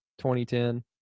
2010